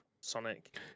sonic